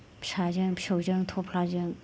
फिसा जों फिसौजों थफ्लाजों